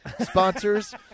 sponsors